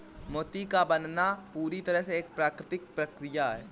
मोती का बनना पूरी तरह से एक प्राकृतिक प्रकिया है